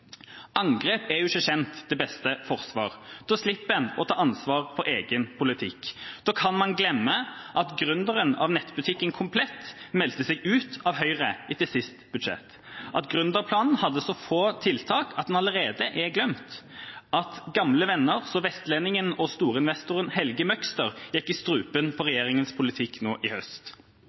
Angrep er som kjent det beste forsvar. Da slipper en å ta ansvar for egen politikk. Da kan man glemme at gründeren av nettbutikken Komplett meldte seg ut av Høyre etter sist budsjett, at gründerplanen hadde så få tiltak at den allerede er glemt, og at gamle venner, som vestlendingen og storinvestoren Helge Møgster, gikk i strupen på regjeringas politikk nå i høst.